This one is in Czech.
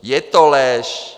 Je to lež.